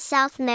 South